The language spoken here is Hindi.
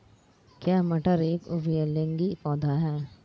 क्या मटर एक उभयलिंगी पौधा है?